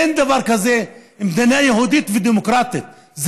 אין דבר כזה מדינה יהודית ודמוקרטית,